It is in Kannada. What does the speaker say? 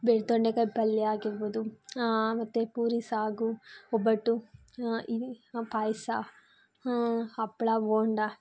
ಬೆಳ್ ತೊಂಡೆಕಾಯಿ ಪಲ್ಯ ಆಗಿರ್ಬೋದು ಮತ್ತು ಪೂರಿ ಸಾಗು ಒಬ್ಬಟ್ಟು ಇ ಪಾಯಸ ಹಪ್ಪಳ ಬೋಂಡ